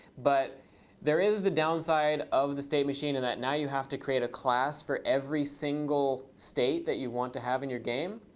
but there is the downside of the state machine in that now you have to create a class for every single state that you want to have in your game.